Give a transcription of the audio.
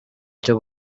cyo